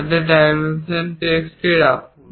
তাতে ডাইমেনশনাল টেক্সটটি রাখুন